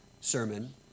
sermon